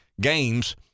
games